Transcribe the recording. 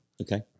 Okay